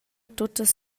tuttas